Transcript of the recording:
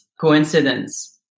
coincidence